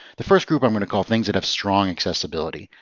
the first group i'm going to call things that have strong accessibility.